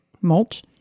Mulch